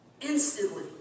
Instantly